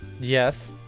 Yes